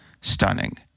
stunning